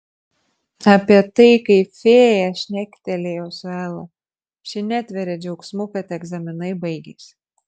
apie tai kaip fėja šnektelėjo su ela ši netveria džiaugsmu kad egzaminai baigėsi